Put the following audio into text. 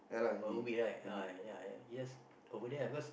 at Ubi right uh ya ya yes over there I gots